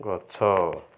ଗଛ